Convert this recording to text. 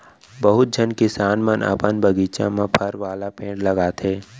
बहुत झन किसान मन अपन बगीचा म फर वाला पेड़ लगाथें